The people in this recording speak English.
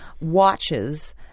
watches